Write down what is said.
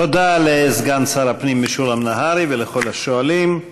תודה לסגן שר הפנים משולם נהרי ולכל השואלים.